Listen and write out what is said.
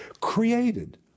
Created